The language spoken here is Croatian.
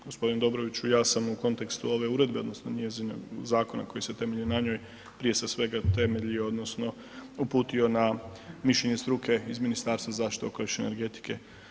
Gospodine Dobroviću ja sam u kontekstu ove uredbe odnosno njezine, zakona koji se temelji na njoj, prije se svega temelji odnosno uputio na mišljenje struke iz Ministarstva zaštite okoliša i energetike.